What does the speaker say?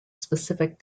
specific